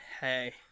hey